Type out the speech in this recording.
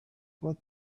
what